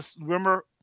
remember